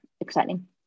exciting